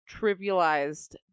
trivialized